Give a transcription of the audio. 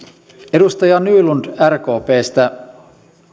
edustaja nylund rkpstä